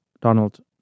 Donald